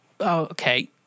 okay